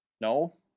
No